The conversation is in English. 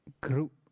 group